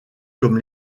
comme